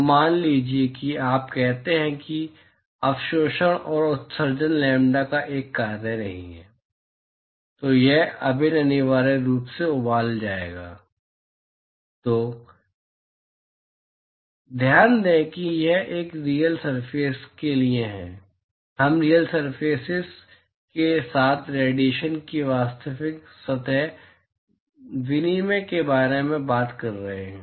तो मान लीजिए कि आप कहते हैं कि अवशोषण और उत्सर्जन लैम्ब्डा का एक कार्य नहीं है तो यह अभिन्न अनिवार्य रूप से उबाल जाएगा तो ध्यान दें कि यह एक रीयल सरफेस के लिए है हम रीयल सरफेसेस के साथ रेडिएशन के वास्तविक सतह विनिमय के बारे में बात कर रहे हैं